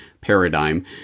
paradigm